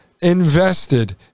Invested